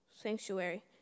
sanctuary